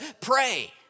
pray